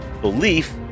belief